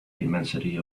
immensity